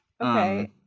Okay